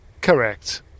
Correct